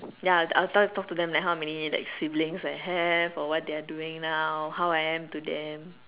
ya I'll talk to them how many like siblings I have or what they are doing now how I am to them